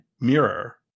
mirror